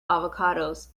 avocados